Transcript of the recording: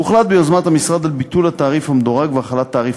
הוחלט ביוזמת המשרד על ביטול התעריף המדורג והחלת תעריף